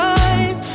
eyes